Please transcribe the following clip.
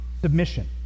submission